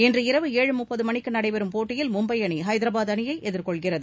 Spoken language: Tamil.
இன்று இரவு ஏழு முப்பது மணிக்கு நடைபெறும் போட்டியில் மும்பை அணி ஐதரபாத் அணியை எதிர்கொள்கிறது